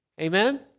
Amen